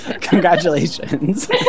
congratulations